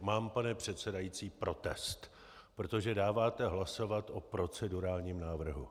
Mám, pane předsedající, protest, protože dáváte hlasovat o procedurálním návrhu.